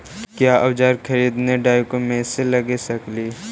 क्या ओजार खरीदने ड़ाओकमेसे लगे सकेली?